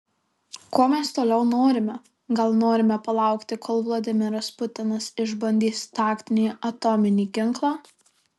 ko mes toliau norime gal norime palaukti kol vladimiras putinas išbandys taktinį atominį ginklą